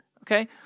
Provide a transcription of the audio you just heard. Okay